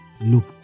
Look